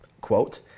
quote